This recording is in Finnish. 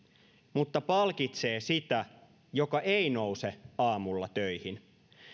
mutta palkitsee sitä joka ei nouse aamulla töihin